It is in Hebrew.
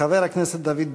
חבר הכנסת דוד ביטן.